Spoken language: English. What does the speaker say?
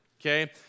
Okay